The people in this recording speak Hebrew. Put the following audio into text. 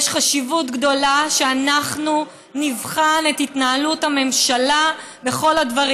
יש חשיבות גדולה לכך שאנחנו נבחן את התנהלות הממשלה בכל הדברים.